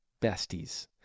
besties